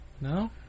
No